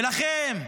ולכן,